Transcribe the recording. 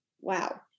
wow